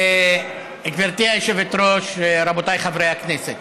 גברתי היושבת-ראש, רבותיי חברי הכנסת,